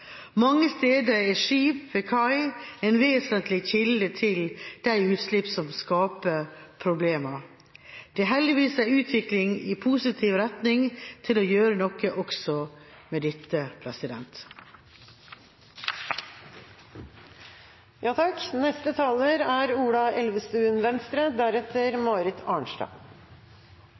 Mange steder er skip ved kai en vesentlig kilde til utslippene som skaper problemer. Det er heldigvis en utvikling i positiv retning til å gjøre noe også med dette. Jeg må si at dette er